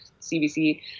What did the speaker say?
CBC